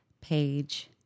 page